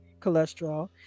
cholesterol